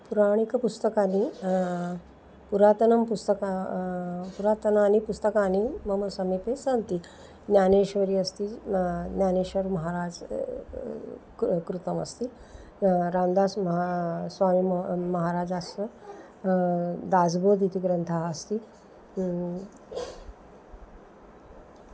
पौराणिकपुस्तकानि पुरातनं पुस्तकं पुरातनानि पुस्तकानि मम समीपे सन्ति ज्ञानेश्वरी अस्ति ज्ञानेश्वर् महाराज् कृ कृतमस्ति राम्दास् महा स्वामि मा महाराजस्य दास्बेद् इति ग्रन्थः अस्ति